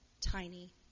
tiny